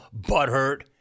butthurt